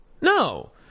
No